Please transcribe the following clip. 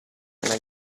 una